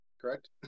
correct